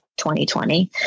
2020